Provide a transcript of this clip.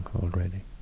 already